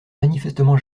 manifestement